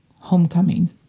homecoming